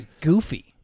goofy